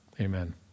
Amen